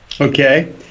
Okay